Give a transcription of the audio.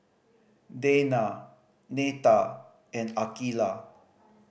Dayna Neta and Akeelah